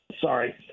sorry –